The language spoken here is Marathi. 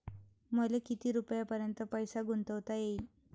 मले किती रुपयापर्यंत पैसा गुंतवता येईन?